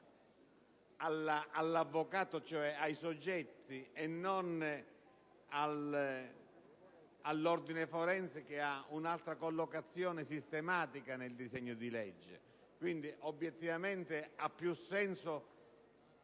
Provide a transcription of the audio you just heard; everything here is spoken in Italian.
all'avvocato (cioè ai soggetti) e non all'Ordine forense, che ha un'altra collocazione sistematica nel disegno di legge. Ha quindi più senso